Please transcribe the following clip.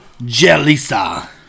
Jelisa